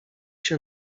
się